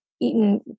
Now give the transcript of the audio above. eaten